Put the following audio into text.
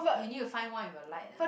you need find one with a light ah